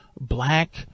Black